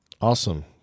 Awesome